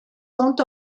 sont